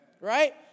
Right